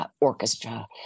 orchestra